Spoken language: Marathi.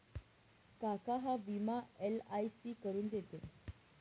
काका हा विमा एल.आय.सी करून देते